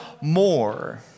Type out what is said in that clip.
more